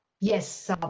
Yes